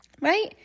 right